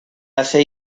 asia